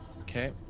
Okay